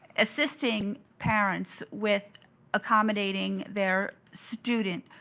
assisting parents with accommodating their student.